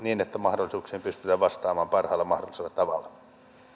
niin että mahdollisuuksiin pystytään vastaamaan parhaalla mahdollisella tavalla